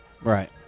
Right